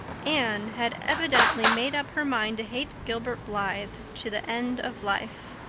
anne had evidently made up her mind to hate gilbert blythe to the end of life.